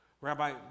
Rabbi